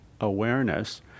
awareness